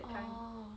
orh